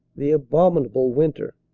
the abominable winter.